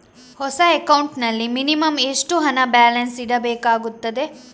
ಹೊಸ ಅಕೌಂಟ್ ನಲ್ಲಿ ಮಿನಿಮಂ ಎಷ್ಟು ಹಣ ಬ್ಯಾಲೆನ್ಸ್ ಇಡಬೇಕಾಗುತ್ತದೆ?